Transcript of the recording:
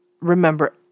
remember